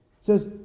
says